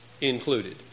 included